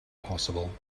possible